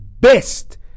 best